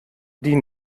die